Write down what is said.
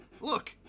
Look